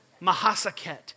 Mahasaket